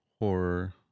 horror